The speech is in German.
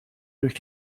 durch